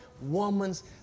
woman's